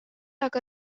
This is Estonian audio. aga